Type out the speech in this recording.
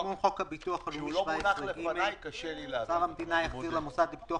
מימון חוק הביטוח הלאומי 17ג. אוצר המדינה יחזיר למוסד לביטוח